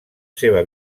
seva